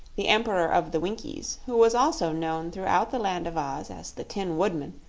the emperor of the winkies, who was also known throughout the land of oz as the tin woodman,